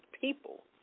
people